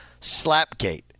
slapgate